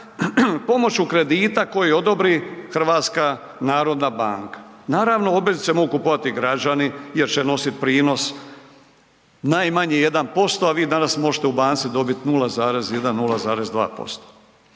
pomoći kredita koji odobri HNB. Naravno, obveznice mogu kupovati građani jer će nositi prinos najmanje 1%, a vi danas možete u banci dobiti 0,1, 0,2%.